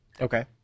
okay